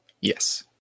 Yes